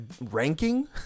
ranking